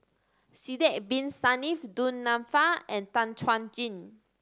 Sidek Bin Saniff Du Nanfa and Tan Chuan Jin